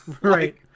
Right